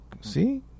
see